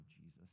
Jesus